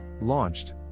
launched